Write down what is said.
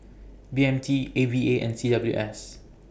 B M T A V A and C W S